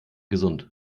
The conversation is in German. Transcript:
gesund